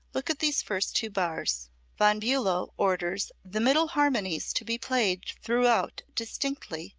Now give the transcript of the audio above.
look at these first two bars von bulow orders the middle harmonies to be played throughout distinctly,